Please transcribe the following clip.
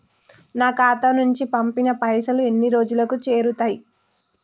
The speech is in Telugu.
నా ఖాతా నుంచి పంపిన పైసలు ఎన్ని రోజులకు చేరుతయ్?